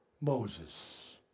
Moses